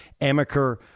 Amaker